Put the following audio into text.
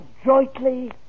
adroitly